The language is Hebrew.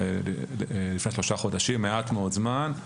לפני שלושה חודשים, מעט מאוד זמן.